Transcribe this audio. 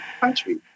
country